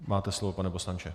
Máte slovo, pane poslanče.